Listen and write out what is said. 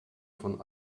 von